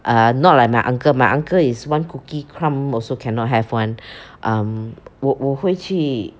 err not like my uncle my uncle is one cookie crumb also cannot have one erm 我我会去